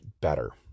better